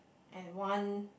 and one